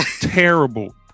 Terrible